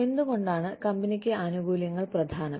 എന്തുകൊണ്ടാണ് കമ്പനിക്ക് ആനുകൂല്യങ്ങൾ പ്രധാനം